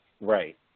Right